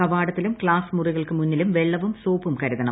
കവാടത്തിലും class മുറികൾക്ക് മുന്ന്ടിലും വെള്ളവും സോപ്പും കരുതണം